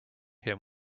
him